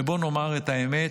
ובואו נאמר את האמת: